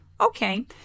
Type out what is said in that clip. okay